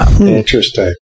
Interesting